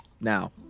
now